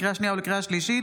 לקריאה שנייה ולקריאה שלישית,